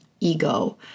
ego